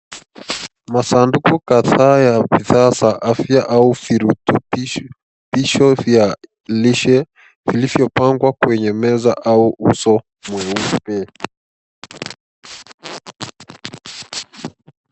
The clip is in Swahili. Masanduku kadhaa ya bidhaa za afya au virutubisho vya lishe vilivyopangwa kwenye meza au uso mweupe.